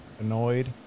annoyed